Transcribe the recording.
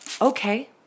Okay